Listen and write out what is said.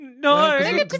No